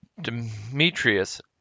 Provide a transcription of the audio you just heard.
Demetrius